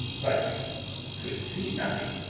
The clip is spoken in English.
but could see nothing.